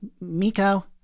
Miko